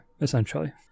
Essentially